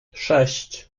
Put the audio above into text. sześć